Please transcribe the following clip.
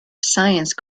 science